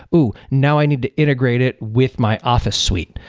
ooh! now i need integrate it with my office suite.